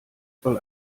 soll